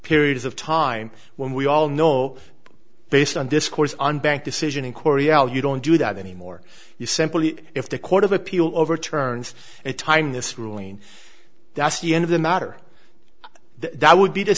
periods of time when we all know based on discourse on bank decision in corio you don't do that anymore you simply if the court of appeal overturned a time this ruling that's you end of the matter that would be the